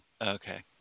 Okay